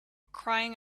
crying